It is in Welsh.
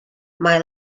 mae